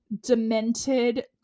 demented